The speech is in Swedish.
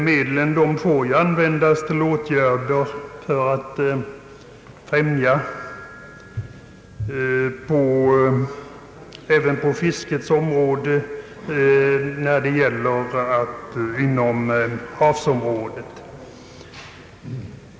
Medlen får även användas till åtgärder av fiskefrämjande natur i havsområden.